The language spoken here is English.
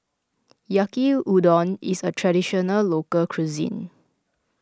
Yaki Udon is a Traditional Local Cuisine